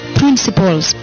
principles